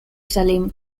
salim